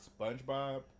Spongebob